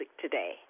today